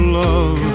love